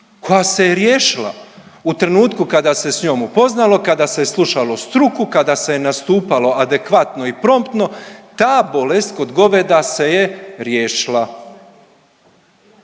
koja se je riješila u trenutku kada se s njom upoznalo, kada se je slušalo struku, kada se je nastupalo adekvatno i promptno ta bolest kod goveda se je riješila,